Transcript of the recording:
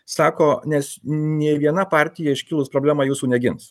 sako nes nei viena partija iškilus problemą jūsų negins